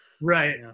Right